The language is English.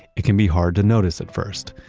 it can be hard to notice at first.